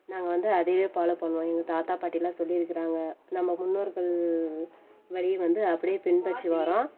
நாங்கள் வந்து அதுவே ஃபாலோ பண்ணுவோம் எங்கள் தாத்தா பாட்டிலாம் சொல்லியிருக்குறாங்க நம்ம முன்னோர்கள் வழி வந்து அப்படே பின்பற்றி வரோம்